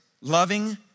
loving